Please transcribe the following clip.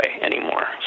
anymore